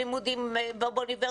ללימודים באוניברסיטה,